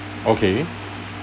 okay